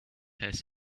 has